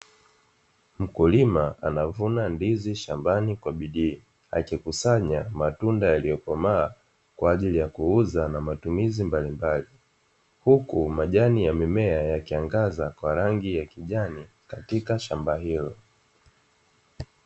Mkulima anavuna ndizi shambani kwa bidii akikusanya matunda yaliyokomaa kwa ajili ya kuuza na matumizi mbalimbali huku majani ya mimea ya kiangaza kwa rangi ya kijani katika shamba hilo.